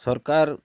ସରକାର୍